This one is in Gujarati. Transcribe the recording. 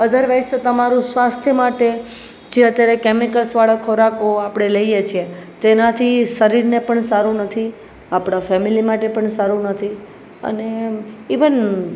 અધરવાઇસ તો તમારું સ્વાસ્થ્ય માટે જે અત્યારે કેમિકલસ વાળા ખોરાકો આપણે લઈએ છીએ તો એનાથી શરીરને પણ સારું નથી આપણા ફેમિલી માટે પણ સારું નથી અને ઈવન